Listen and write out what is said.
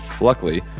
Luckily